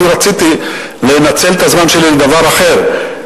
אני רציתי לנצל את הזמן שלי לדבר אחר,